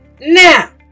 now